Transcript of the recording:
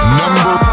number